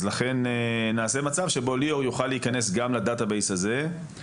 אז לכן נעשה מצב שבו ליאור יוכל להיכנס גם לדאטה בייס מסוים